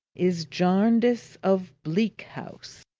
is jarndyce of bleak house.